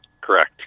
Correct